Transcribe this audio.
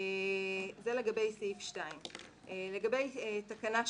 זה לגבי סעיף 2. לגבי תקנה 3,